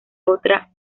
otra